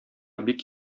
бик